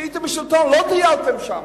כשהייתם בשלטון לא טיילתם שם.